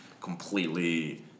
completely